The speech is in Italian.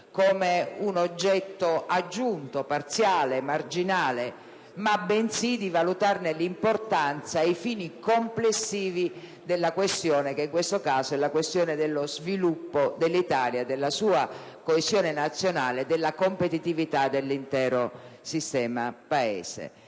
come un oggetto aggiunto, parziale, marginale, bensì di valutarne l'importanza ai fini complessivi della questione, che in questo caso è quella dello sviluppo dell'Italia, della sua coesione nazionale e della competitività dell'intero sistema Paese.